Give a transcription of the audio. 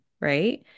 right